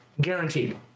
Guaranteed